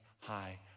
high